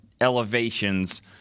elevations